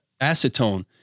acetone